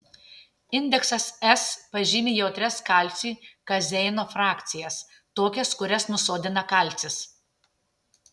indeksas s pažymi jautrias kalciui kazeino frakcijas tokias kurias nusodina kalcis